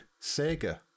Sega